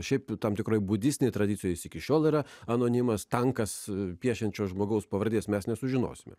šiaip tam tikroje budistinė tradicija jis iki šiol yra anonimas tankas piešiančio žmogaus pavardės mes nesužinosime